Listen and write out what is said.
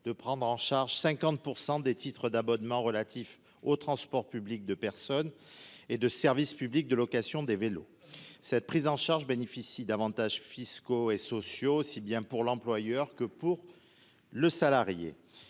de prendre en charge 50 % des titres d'abonnement relatif aux transports publics de personnes et de service public de location des vélos, cette prise en charge, bénéficient d'avantages fiscaux et sociaux aussi bien pour l'employeur que pour le salarié,